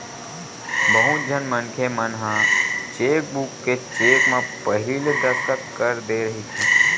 बहुत झन मनखे मन ह चेकबूक के चेक म पहिली ले दस्कत कर दे रहिथे